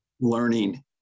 learning